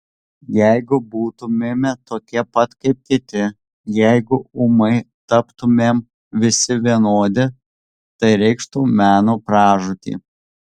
jeigu būtumėme tokie pat kaip kiti jeigu ūmai taptumėm visi vienodi tai reikštų meno pražūtį